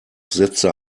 setzte